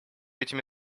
этими